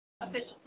Official